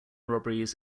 robberies